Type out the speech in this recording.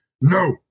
No